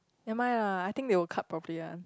never mind lah I think they will cut properly [one]